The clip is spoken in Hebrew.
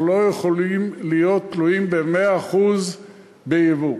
אנחנו לא יכולים להיות תלויים ב-100% ביבוא,